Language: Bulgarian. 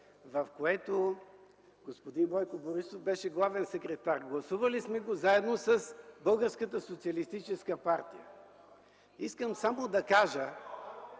в което господин Бойко Борисов беше главен секретар. Гласували сме го заедно с Българската